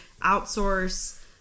outsource